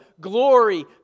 glory